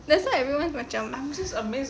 that's why otherwise macam